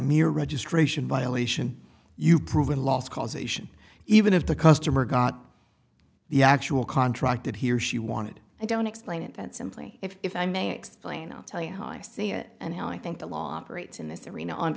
mere registration violation you've proven last causation even if the customer got the actual contract that he or she wanted i don't explain it that simply if i may explain i'll tell you how i see it and how i think the law operates in this arena on